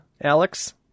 Alex